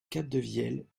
capdevielle